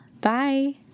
bye